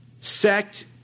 sect